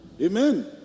Amen